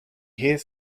hears